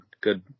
good